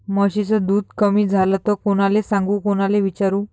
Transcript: म्हशीचं दूध कमी झालं त कोनाले सांगू कोनाले विचारू?